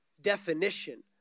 definition